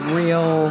real